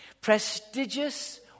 prestigious